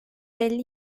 elli